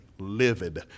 livid